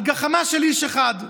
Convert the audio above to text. על גחמה של איש אחד.